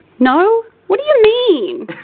no. what do you mean?